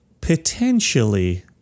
potentially